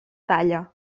talla